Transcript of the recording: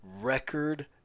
Record